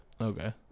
Okay